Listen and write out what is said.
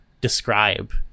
describe